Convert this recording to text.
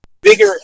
bigger